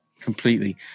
completely